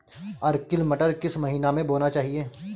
Arkel मटर किस महीना में बोना चाहिए?